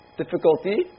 difficulty